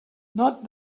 not